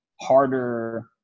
harder –